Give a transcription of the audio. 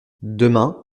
demain